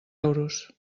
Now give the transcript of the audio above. euros